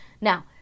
Now